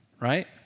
Right